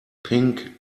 pink